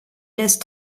laisse